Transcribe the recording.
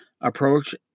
approach